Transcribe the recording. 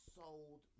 sold